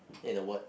say the word